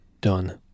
done